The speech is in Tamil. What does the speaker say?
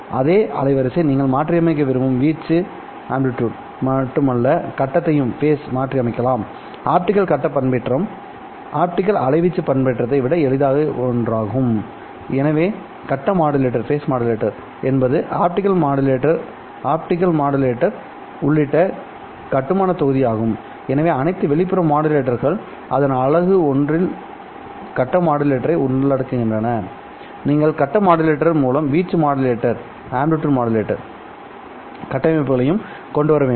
அதே அலைவரிசை நீங்கள் மாற்றியமைக்க விரும்பும் வீச்சு மட்டுமல்லகட்டத்தையும் மாற்றி அமைக்கலாம்ஆப்டிகல் கட்ட பண்பேற்றம் ஆப்டிகல் அலைவீச்சு பண்பேற்றத்தை விட எளிதான ஒன்றாகும் எனவே கட்ட மாடுலேட்டர் என்பது ஆப்டிகல் மாடுலேட்டர் உள்ளிட்ட கட்டுமானத் தொகுதி ஆகும் எனவே அனைத்து வெளிப்புற மாடுலேட்டர்கள் அதன் அலகு ஒன்றில் கட்ட மாடுலேட்டரை உள்ளடக்குகின்றன நீங்கள் கட்ட மாடுலேட்டர் மூலம் வீச்சு மாடுலேட்டர் கட்டமைப்புகளையும் கொண்டு வர வேண்டும்